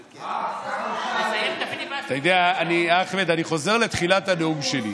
אתה יודע, אחמד, אני חוזר לתחילת הנאום שלי.